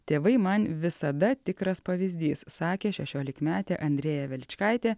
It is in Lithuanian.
tėvai man visada tikras pavyzdys sakė šešiolikmetė andrėja veličkaitė